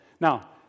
Now